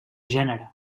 gènere